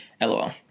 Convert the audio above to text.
LOL